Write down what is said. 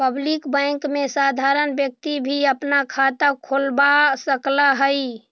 public bank में साधारण व्यक्ति भी अपना खाता खोलवा सकऽ हइ